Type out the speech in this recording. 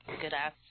Good-ass